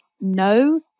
no